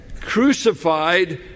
crucified